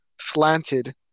slanted